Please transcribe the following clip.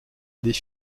des